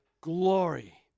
glory